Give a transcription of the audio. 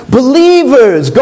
believers